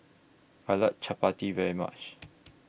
I like Chapati very much